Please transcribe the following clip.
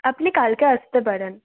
আপনি কালকে আসতে পারেন